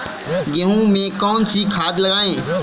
गेहूँ में कौनसी खाद लगाएँ?